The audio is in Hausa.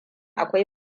akwai